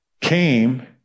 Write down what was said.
came